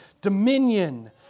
dominion